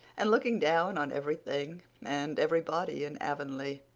and looking down on everything and everybody in avonlea